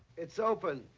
it's open.